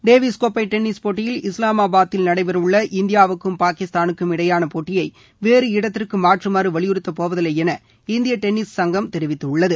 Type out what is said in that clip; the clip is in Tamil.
டேவிஸ் கோப்பை டென்னிஸ் போட்டியில் இஸ்லாமாபாதில் நடைபெறவுள்ள இந்தியாவுக்கும் பாகிஸ்தானுக்கும் இடையேயான போட்டியை வேறு இடத்திற்கு மாற்றுமாறு வலியுறுத்தப்போவதில்லை என இந்திய டென்னிஸ் சங்கம் தெரிவித்துள்ளது